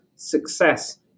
success